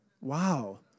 Wow